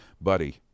buddy